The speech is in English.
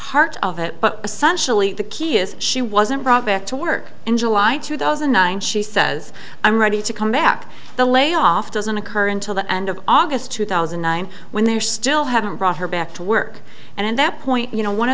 part of it but essentially the key is she wasn't brought back to work in july two thousand and nine she says i'm ready to come back the layoff doesn't occur until the end of august two thousand and nine when they're still haven't brought her back to work and at that point you know one